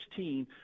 16